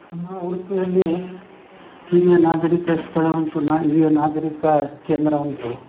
ನಮ್ಮ ಉಡುಪಿಯಲ್ಲಿ ಹಿರಿಯ ನಾಗರಿಕ ಸ್ಥಳ ಉಂಟು ನಾ ಹಿರಿಯ ನಾಗರಿಕ ಕೇಂದ್ರ ಉಂಟು